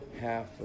half